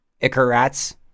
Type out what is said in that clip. Icarats